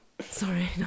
Sorry